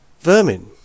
vermin